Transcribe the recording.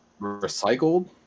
recycled